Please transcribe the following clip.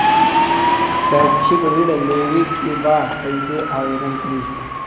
शैक्षिक ऋण लेवे के बा कईसे आवेदन करी?